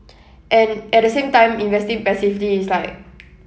and at the same time investing passively is like